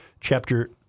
Chapter